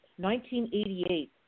1988